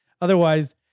Otherwise